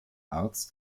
arzt